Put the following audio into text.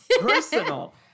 personal